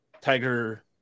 tiger